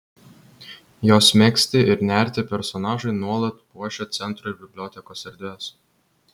jos megzti ir nerti personažai nuolat puošia centro ir bibliotekos erdves